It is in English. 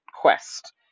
quest